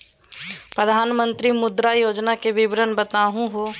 प्रधानमंत्री मुद्रा योजना के विवरण बताहु हो?